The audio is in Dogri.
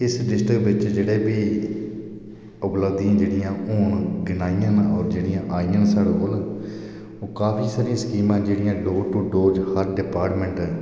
इस डिस्ट्रिक्ट बिच जेहड़े बी उपलब्धियां जेह्ड़ियां हून आपू में गिनाइयां ना जां आइयां ना साढ़े कोल ओह् काफी सारी स्कीमां जेहडियां डोर टू डोर जेहड़ी हर डिपार्टमेंट